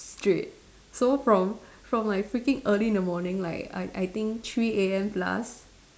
straight so from from like freaking early in the morning like I I think three A_M plus